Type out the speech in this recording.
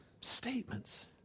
statements